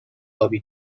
آبی